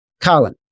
Colin